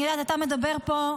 אני יודעת אתה מדבר פה,